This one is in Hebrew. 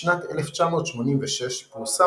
בשנת 1986 פורסם